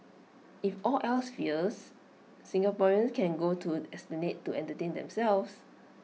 if all else fails Singaporeans can go to esplanade to entertain themselves